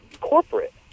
corporate